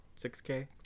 6K